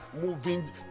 moving